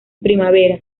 primavera